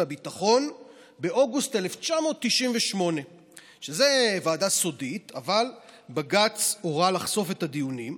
והביטחון באוגוסט 1998. זאת ועדה סודית אבל בג"ץ הורה לחשוף את הדיונים.